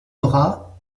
bras